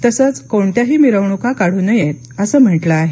तसंच कोणत्याही मिरवणुका काढू नयेत असं म्हंटलं आहे